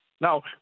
Now